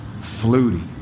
Flutie